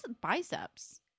biceps